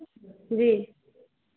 जी